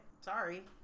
sorry